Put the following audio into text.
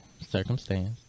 circumstance